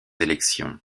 élections